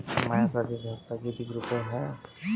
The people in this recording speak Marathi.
माया कर्जाचा हप्ता कितीक रुपये हाय?